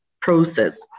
process